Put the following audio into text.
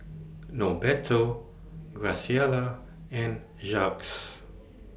Norberto Graciela and Jacques